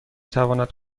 تواند